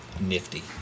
nifty